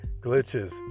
glitches